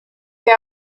que